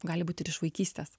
gali būt ir iš vaikystės